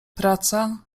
praca